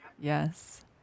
Yes